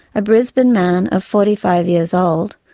a brisbane man of forty five years old,